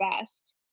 best